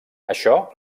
això